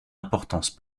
importance